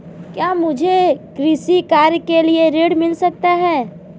क्या मुझे कृषि कार्य के लिए ऋण मिल सकता है?